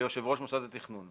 ליושב-ראש מוסד התכנון,